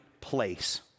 place